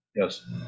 Yes